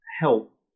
help